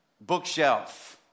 bookshelf